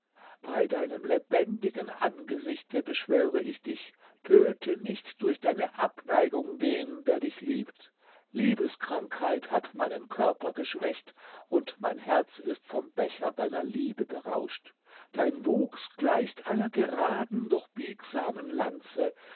bei deinem lebendigen angesichte beschwöre ich dich töte nicht durch deine abneigung den der dich liebt liebeskrankheit hat meinen körper geschwächt und mein herz ist vom becher deiner liebe berauscht dein wuchs gleicht einer geraden doch biegsamen lanze